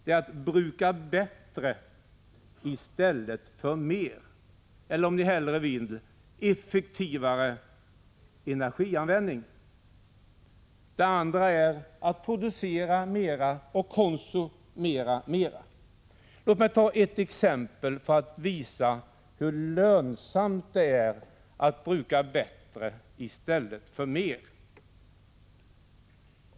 Det är att bruka bättre i stället för mer eller, om man hellre vill uttrycka det så, effektivare energianvändning. Den andra är att producera mer och konsumera mer. Låt mig ta ett exempel för att visa hur lönsamt det är att bruka bättre i stället för mer.